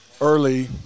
early